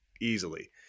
easily